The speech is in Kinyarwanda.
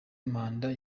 manda